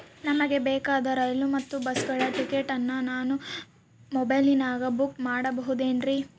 ನಮಗೆ ಬೇಕಾದ ರೈಲು ಮತ್ತ ಬಸ್ಸುಗಳ ಟಿಕೆಟುಗಳನ್ನ ನಾನು ಮೊಬೈಲಿನಾಗ ಬುಕ್ ಮಾಡಬಹುದೇನ್ರಿ?